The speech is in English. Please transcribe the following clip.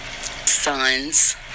sons